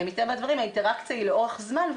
ומטבע הדברים האינטראקציה היא לאורך זמן,